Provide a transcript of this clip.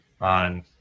on